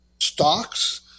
stocks